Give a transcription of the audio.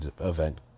event